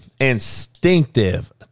instinctive